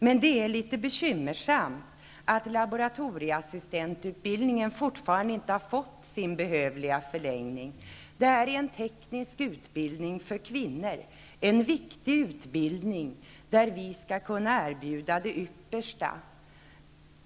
Men det är litet bekymmersamt att laboratorieassistentutbildningen fortfarande inte har fått sin behövliga förlängning. Det är en teknisk utbildning för kvinnor. En viktig utbildning, där vi skall kunna erbjuda det yppersta.